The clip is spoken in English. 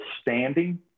standing